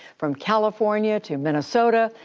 from california, to minnesota,